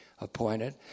appointed